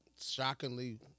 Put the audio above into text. Shockingly